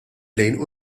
lejn